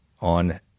on